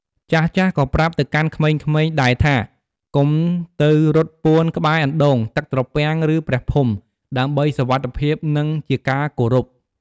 ចាស់ៗក៏ប្រាប់ទៅកាន់ក្មេងៗដែរថា កុំទៅរត់ពួនក្បែរអណ្តូង ទឹកត្រពាំង ឬ ព្រះភូមិ ដើម្បីសុវត្ថិភាព និងជាការគោរព។